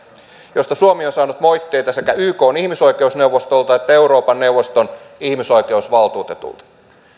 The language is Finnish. josta suomi on saanut moitteita sekä ykn ihmisoikeusneuvostolta että euroopan neuvoston ihmisoikeusvaltuutetulta